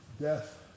death